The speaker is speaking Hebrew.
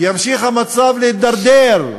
המצב ימשיך להידרדר,